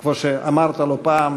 כמו שאמרת לא פעם,